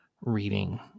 reading